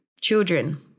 children